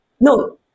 no